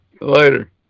Later